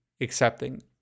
accepting